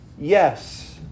Yes